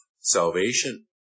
salvation